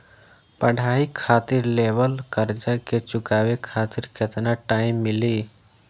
पढ़ाई खातिर लेवल कर्जा के चुकावे खातिर केतना टाइम मिली?